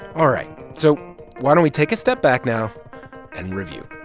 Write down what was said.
all right. so why don't we take a step back now and review.